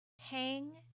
Hang